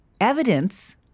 evidence